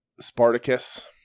spartacus